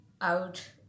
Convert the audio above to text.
out